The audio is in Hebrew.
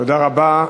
תודה רבה.